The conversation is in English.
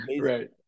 Right